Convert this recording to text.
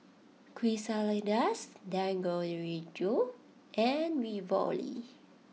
Quesadillas Dangojiru and Ravioli